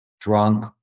drunk